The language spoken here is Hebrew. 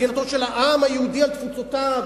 מדינתו של העם היהודי על תפוצותיו.